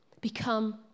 become